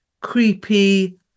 creepy